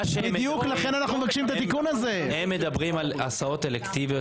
הם מדברים על הסעות אלקטיביות.